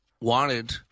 wanted